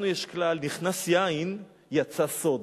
לנו יש כלל: נכנס יין, יצא סוד.